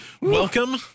Welcome